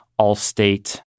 Allstate